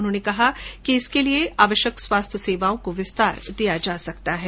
उन्होने कहा कि इसके लिये आवश्यक स्वास्थ्य योजनाओं को विस्तार दिया जा सकता है